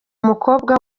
mukobwa